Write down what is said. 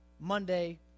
Monday